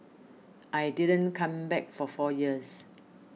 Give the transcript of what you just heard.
I didn't come back for four years